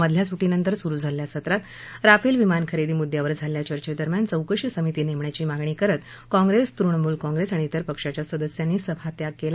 मधल्या सुट्टीनंतर सुरु झालेल्या सत्रात राफेल विमानखरेदी मुद्यावर झालेल्या चर्चेदरम्यान चौकशी समिती नेमण्याची मागणी करत काँप्रेस तृणमूल काँप्रेस आणि इतर पक्षाच्या सदस्यांनी सभात्याग केला